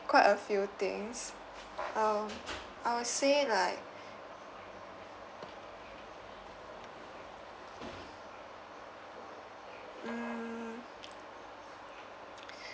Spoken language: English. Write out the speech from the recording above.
quite a few things I'll I will say like mm